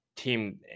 team